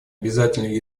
обязательной